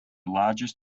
largest